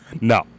No